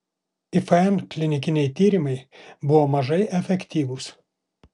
ifn klinikiniai tyrimai buvo mažai efektyvūs